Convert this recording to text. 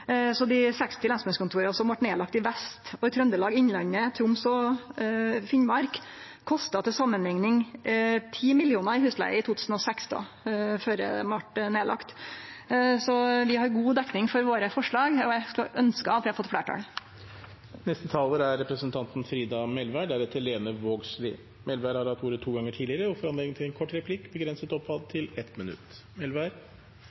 så dei 60 lensmannskontora som vart lagde ned i Vest politidistrikt, Trøndelag, Innlandet, Troms og Finnmark, kosta til samanlikning 10 mill. kr i husleige i 2016, før dei vart lagde ned. Så vi har god dekning for forslaga våre, og eg skulle ønskje at dei hadde fått fleirtal. Representanten Frida Melvær har hatt ordet to ganger tidligere og får ordet til en kort merknad, begrenset